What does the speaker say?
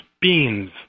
beans